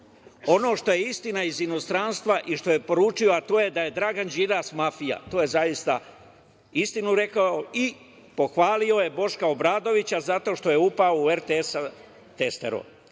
Ono što je istina iz inostranstva i što je poručio, to je da je Dragan Đilas mafija, to je zaista istinu rekao, i pohvalio je Boška Obradovića zato što je upao u RTS sa testerom.